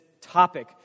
topic